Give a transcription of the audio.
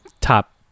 top